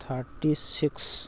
thirty six